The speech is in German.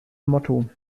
motto